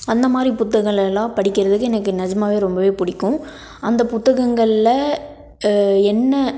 அந்தமாதிரி புத்தகங்கள் எல்லாம் படிக்கிறதுக்கு எனக்கு நிஜமாகவே ரொம்பவே பிடிக்கும் அந்த புத்தகங்களில் என்ன